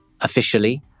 officially